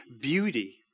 beauty